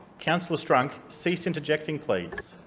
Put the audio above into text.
councillor strunk, cease interjecting please.